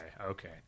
Okay